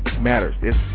matters